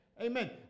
Amen